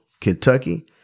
Kentucky